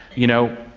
you know,